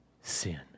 sin